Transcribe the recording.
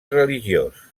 religiós